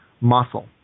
muscle